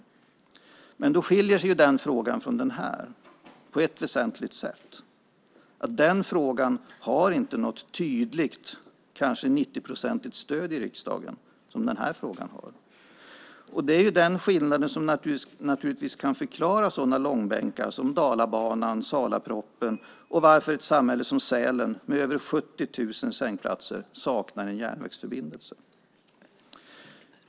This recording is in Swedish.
På ett väsentligt sätt skiljer sig denna fråga från frågan om en könsneutral äktenskapslagstiftning. Frågan om en utbyggnad har nämligen inte ett tydligt, kanske 90-procentigt, stöd i riksdagen som den senare frågan har. Den skillnaden kan naturligtvis förklara långbänkar som de om Dalabanan, Salapropositionen och varför ett samhälle som Sälen med över 70 000 sängplatser saknar en järnvägsförbindelse.